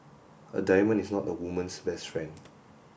a diamond is not a woman's best friend